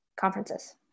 conferences